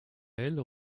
elle